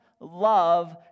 love